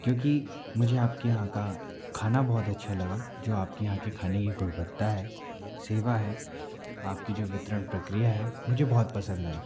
क्योंकि मुझे आपके यहाँ का खाना बहुत अच्छा लगा जो आपके यहाँ के खाने की गुणवत्ता है सेवा है आपकी जो वितरण प्रक्रिया है मुझे बहुत पसंद आई